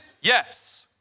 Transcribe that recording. Yes